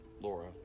Laura